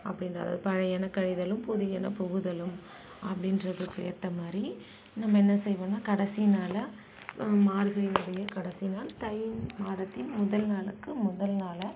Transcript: அப்படின்றது பழையன கழிதலும் புதியன புகுதலும் அப்படின்றதுக்கு ஏற்ற மாதிரி நம்ம என்ன செய்வோம்னா கடைசி நாளா மார்கழியினுடைய கடைசி நாள் தை மாதத்தின் முதல் நாளுக்கு முதல் நாளை